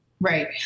Right